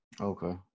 Okay